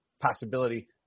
possibility